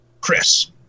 Chris